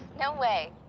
no way.